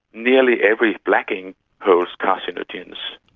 nearly every black ink holds carcinogens.